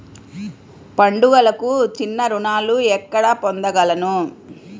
పండుగలకు చిన్న రుణాలు ఎక్కడ పొందగలను?